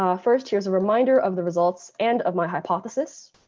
um first, here's a reminder of the results and of my hypothesis.